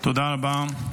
תודה רבה.